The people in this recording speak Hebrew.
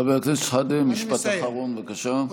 חבר הכנסת שחאדה, משפט אחרון, בבקשה.